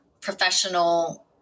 professional